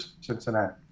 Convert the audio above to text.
Cincinnati